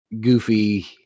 goofy